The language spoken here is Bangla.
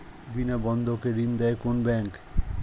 বিনা বন্ধকে ঋণ দেয় কোন ব্যাংক?